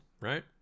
right